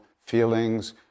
feelings